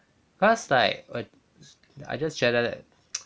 cause like 我 I just 觉得 that